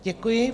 Děkuji.